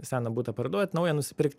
seną butą parduot naują nusipirkt